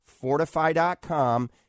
fortify.com